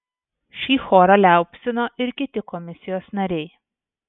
šį chorą liaupsino ir kiti komisijos nariai